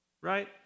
Right